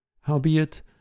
Howbeit